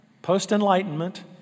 post-enlightenment